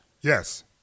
Yes